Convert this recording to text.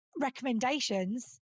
recommendations